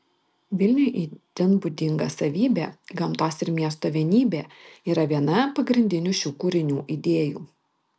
vilniui itin būdinga savybė gamtos ir miesto vienybė yra viena pagrindinių šių kūrinių idėjų